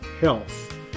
health